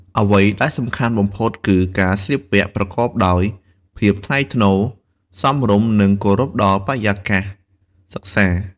អ្វីដែលសំខាន់បំផុតគឺការស្លៀកពាក់ប្រកបដោយភាពថ្លៃថ្នូរ សមរម្យ និងគោរពដល់បរិយាកាសសិក្សា។